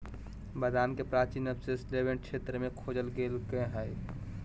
बादाम के प्राचीन अवशेष लेवेंट क्षेत्र में खोजल गैल्के हइ